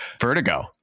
Vertigo